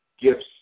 gifts